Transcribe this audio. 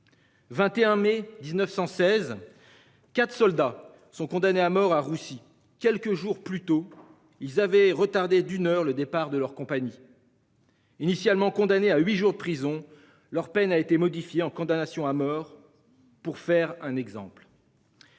21 mai 1916. 4 soldats sont condamnés à mort à Russie quelques jours plus tôt, ils avaient retardé d'une heure le départ de leur compagnie. Initialement, condamnée à 8 jours de prison. Leur peine a été modifiée en condamnations à mort. Pour faire un exemple.